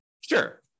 Sure